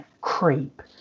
Creep